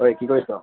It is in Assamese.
ঐ কি কৰিছ